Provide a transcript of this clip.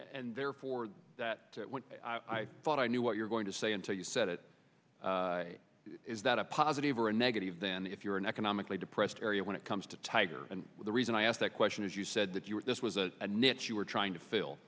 and therefore that i thought i knew what you're going to say until you said it is that a positive or a negative than if you're an economically depressed area when it comes to tiger and the reason i asked that question is you said that you were this was a net you were trying to fill